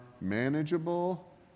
manageable